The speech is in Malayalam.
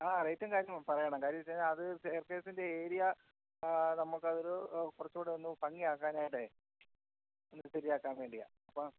ആ റേറ്റും കാര്യങ്ങളും പറയണം കാര്യം വെച്ച് കഴഞ്ഞാൽ അത് സെയർകേസിൻ്റെ ഏരിയ നമുക്കത് കുറച്ചുകൂടെ ഒന്ന് ഭംഗി ആക്കാനായിട്ടേ ഒന്ന് ശരിയാക്കാൻ വേണ്ടിയാണ് അപ്പം